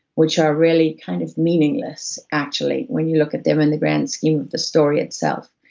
which are really kind of meaningless, actually, when you look at them in the grand scheme of the story itself,